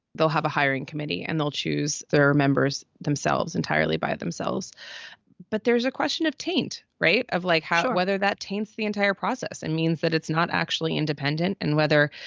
they'll have a hiring committee and they'll choose their members themselves entirely by themselves but there's a question of tain't rate of like how to whether that taints the entire process and means that it's not actually independent and whether,